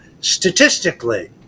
statistically